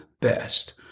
best